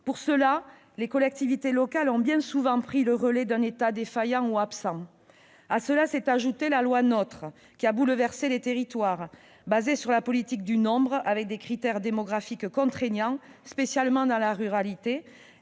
matière, les collectivités territoriales ont bien souvent pris le relais d'un État défaillant ou absent. À cela s'est ajoutée la loi NOTRe, qui a bouleversé les territoires. Fondée sur la politique du nombre, avec des critères démographiques contraignants, spécialement dans la ruralité,